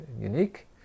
unique